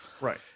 Right